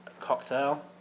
cocktail